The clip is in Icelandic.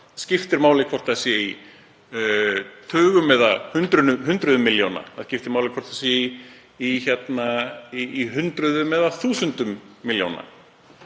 skiptir máli hvort það sé í tugum eða hundruðum milljóna. Það skiptir máli hvort það sé í hundruðum eða þúsundum milljóna.